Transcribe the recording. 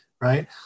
Right